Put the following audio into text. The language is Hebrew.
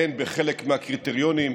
הן בחלק מהקריטריונים,